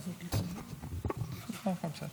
ולקריאה שלישית: הצעת חוק לתיקון פקודת התעבורה (מס' 137),